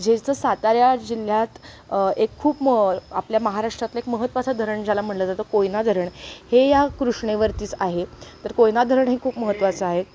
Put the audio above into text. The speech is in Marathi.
जिचं सातारा जिल्ह्यात एक खूप म आपल्या महाराष्ट्रात एक महत्त्वाचं धरण ज्याला म्हटलं जातं कोयना धरण हे या कृष्णेवरतीच आहे तर कोयना धरण हे खूप महत्त्वाचं आहे